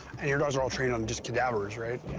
and your dogs are all trained on just cadavers, right?